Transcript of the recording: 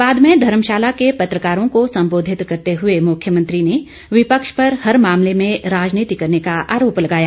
बाद में धर्मशाला के पत्रकारों को संबोधित करते हुए मुख्यमंत्री ने विपक्ष पर हर मामले में राजनीति करने का आरोप लगाया